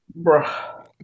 Bruh